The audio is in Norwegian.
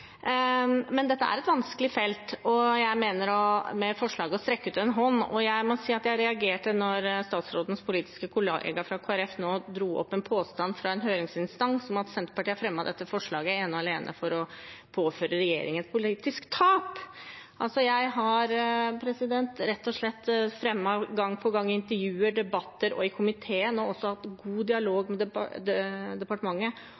men dette er et vanskelig felt. Jeg mener med forslaget å strekke ut en hånd, og jeg må si at jeg reagerte da statsrådens politiske kollega fra Kristelig Folkeparti nå dro opp en påstand fra en høringsinstans om at Senterpartiet har fremmet dette forslaget ene og alene for å påføre regjeringen politisk tap. Jeg har fremmet gang på gang i intervjuer, i debatter og i komiteen – og også hatt god dialog med departementet